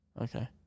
Okay